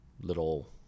little